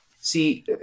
see